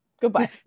Goodbye